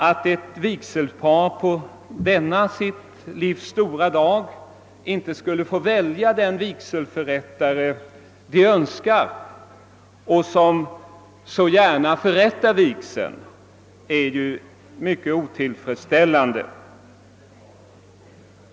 Att ett vigselpar på denna sitt livs stora dag inte skulle få välja den vigselförrättare, som de önskar och som också så gärna vill förrätta vigseln, är ju mycket otillfredsställande.